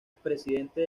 presidente